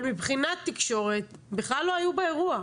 אבל מבחינת תקשורת בכלל לא היו באירוע.